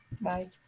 Bye